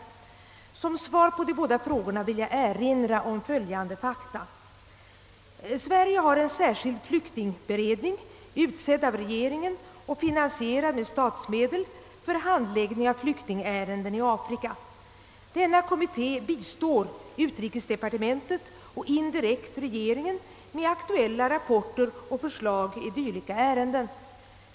Som svar på de båda frågorna vill jag erinra om följande fakta: Sverige har en särskild flyktingberedning, utsedd av regeringen och finansierad med statsmedel, för handläggning av flyktingärenden i Afrika. Denna kommitté bistår utrikesdepartementet och indirekt regeringen med aktuella rapporter och förslag i dylika ärenden.